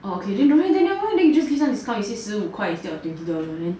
oh okay then don't have then never mind you just give some discount you say 十五块 instead of twenty dollar then